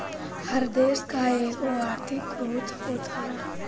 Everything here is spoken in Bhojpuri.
हर देस कअ एगो आर्थिक ग्रोथ होत हवे